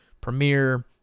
Premiere